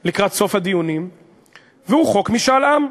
לקראת סוף הדיונים והוא חוק משאל עם,